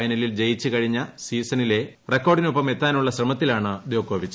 ഫൈനലിൽ ജയിച്ച് കഴിഞ്ഞ സീസണിലെ റിക്കോർഡിനൊപ്പം എത്താനുള്ള ശ്രമത്തിലാണ് ദ്യോക്കോ വിച്ച്